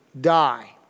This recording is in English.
Die